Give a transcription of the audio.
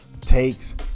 takes